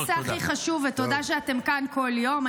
הנושא הכי חשוב, ותודה שאתם כאן כל יום.